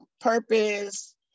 purpose